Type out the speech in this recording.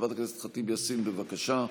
חברת הכנסת ח'טיב יאסין, בבקשה,